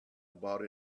about